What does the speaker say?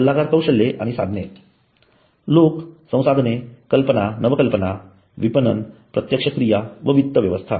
सल्लागार कौशल्ये आणि साधने लोक संसाधने कल्पना आणि नवकल्पना विपणन प्रत्यक्ष क्रिया व वित्त व्यवस्था